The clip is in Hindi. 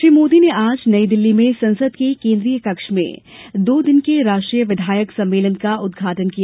श्री मोदी ने आज नईदिल्ली में संसद के केंद्रीय कक्ष में दो दिन के राष्ट्रीय विधायक सम्मेलन का उद्घाटन किया